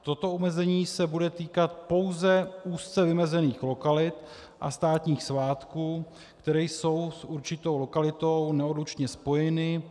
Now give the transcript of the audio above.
Toto omezení se bude týkat pouze úzce vymezených lokalit a státních svátků, které jsou s určitou lokalitou neodlučně spojeny.